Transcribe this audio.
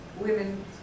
women